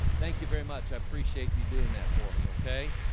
thank you very much. i appreciate you doing that for me. okay?